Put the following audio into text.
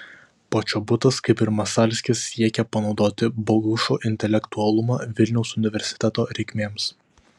počobutas kaip ir masalskis siekė panaudoti bogušo intelektualumą vilniaus universiteto reikmėms